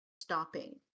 stopping